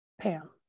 Pam